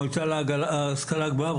מנכ"ל ההשכלה הגבוהה,